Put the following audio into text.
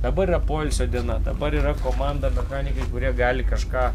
dabar yra poilsio diena dabar yra komanda mechanikai kurie gali kažką